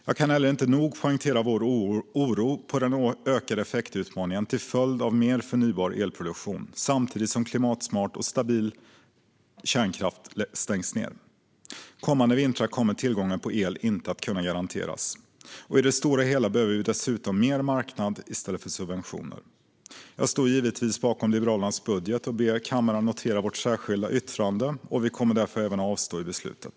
Jag kan heller inte nog poängtera vår oro för den ökade effektutmaningen till följd av mer förnybar elproduktion, samtidigt som klimatsmart och stabil kärnkraft stängs ned. Kommande vintrar kommer tillgången på el inte att kunna garanteras. Och i det stora hela behöver vi dessutom mer marknad i stället för subventioner. Jag står givetvis bakom Liberalernas budget och ber kammaren notera vårt särskilda yttrande. Vi kommer därför att avstå vid beslutet.